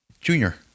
Junior